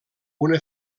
una